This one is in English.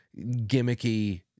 gimmicky